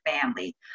family